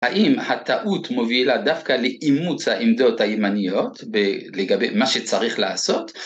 האם הטעות מובילה דווקא לאימוץ העמדות הימניות לגבי מה שצריך לעשות,